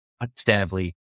understandably